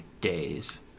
days